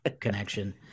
connection